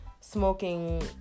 smoking